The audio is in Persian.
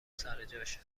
سرجاشه